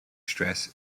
stress